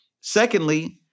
Secondly